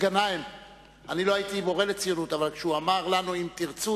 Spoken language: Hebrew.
אבל כשהוא אמר לנו "אם תרצו",